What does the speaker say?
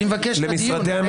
אני מבקש דיון,